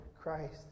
Christ